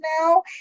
now